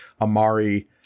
Amari